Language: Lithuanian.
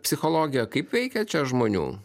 psichologija kaip veikia čia žmonių